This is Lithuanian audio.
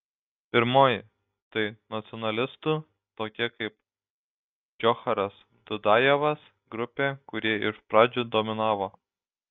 pirmoji tai nacionalistų tokie kaip džocharas dudajevas grupė kurie iš pradžių dominavo